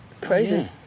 Crazy